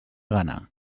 gana